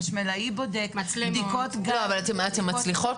חשמלאי בודק --- אבל אתן מצליחות